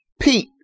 Pete